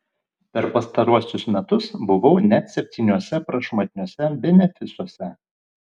per pastaruosius metus buvau net septyniuose prašmatniuose benefisuose